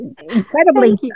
incredibly